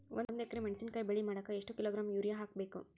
ಒಂದ್ ಎಕರೆ ಮೆಣಸಿನಕಾಯಿ ಬೆಳಿ ಮಾಡಾಕ ಎಷ್ಟ ಕಿಲೋಗ್ರಾಂ ಯೂರಿಯಾ ಹಾಕ್ಬೇಕು?